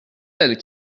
elle